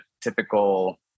typical